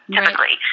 Typically